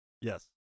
Yes